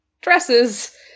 dresses